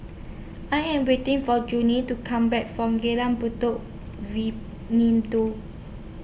I Am waiting For Judi to Come Back from Jalan Buloh